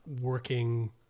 working